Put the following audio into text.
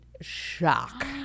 shock